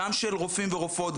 גם של רופאים ורופאות,